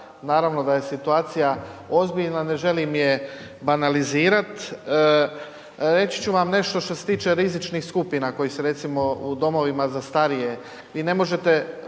Naravno da je situacija ozbiljna, ne želim je banalizirat. Reći ću vam nešto što se tiče rizičnih skupina koji su recimo u domovima za starije.